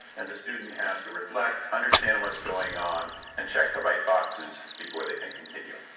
and the student has to reflect, understand what's going on, and check the right boxes before they can continue.